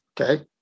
Okay